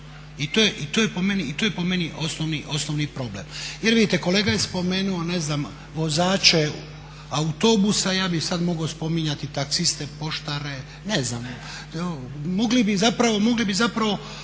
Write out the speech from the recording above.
i to je po meni osnovni problem. Jer vidite, kolega je spomenuo vozače autobusa, ja bih sad mogao spominjati taksiste, poštare, mogli bi zapravo